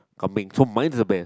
coming to mine